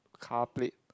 car plate